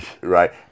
right